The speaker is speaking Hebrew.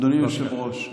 אדוני היושב-ראש,